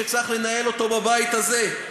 שצריך לנהל אותו בבית הזה,